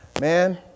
Man